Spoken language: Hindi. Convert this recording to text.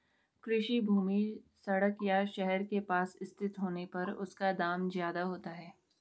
कृषि भूमि सड़क या शहर के पास स्थित होने पर उसका दाम ज्यादा होता है